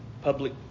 public